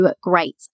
great